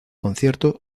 conciertos